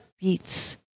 beats